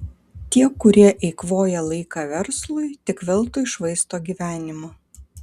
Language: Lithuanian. tie kurie eikvoja laiką verslui tik veltui švaisto gyvenimą